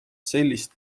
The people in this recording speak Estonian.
sellist